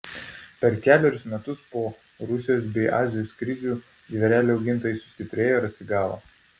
per kelerius metus po rusijos bei azijos krizių žvėrelių augintojai sustiprėjo ir atsigavo